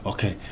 Okay